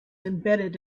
embedded